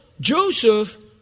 Joseph